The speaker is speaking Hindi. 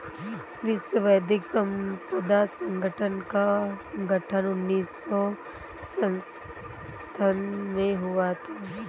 विश्व बौद्धिक संपदा संगठन का गठन उन्नीस सौ सड़सठ में हुआ था